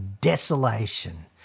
desolation